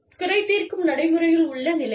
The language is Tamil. குறை தீர்க்கும் நடைமுறையில் உள்ள நிலைகள்